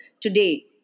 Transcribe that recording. today